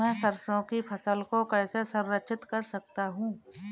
मैं सरसों की फसल को कैसे संरक्षित कर सकता हूँ?